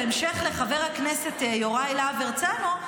בהמשך לחבר הכנסת יוראי להב הרצנו,